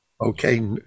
Okay